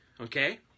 okay